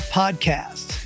podcast